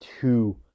two